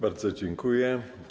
Bardzo dziękuję.